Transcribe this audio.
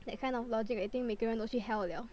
that kind of logic I think 每个人都去:mei ge ren doui qu hell liao